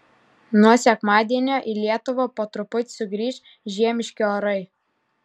nuo sekmadienio į lietuvą po truputį sugrįš žiemiški orai